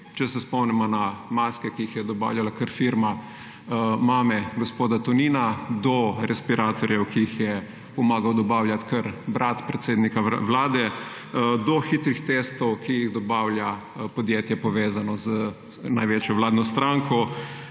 Če se spomnimo na maske, ki jih je dobavljala kar firma mame gospoda Tonina, do respiratorjev, ki jih je pomagal dobavljati kar brat predsednika vlade, do hitrih testov, ki jih dobavlja podjetje, povezano z največjo vladno stranko.